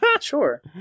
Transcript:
sure